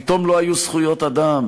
פתאום לא היו זכויות אדם,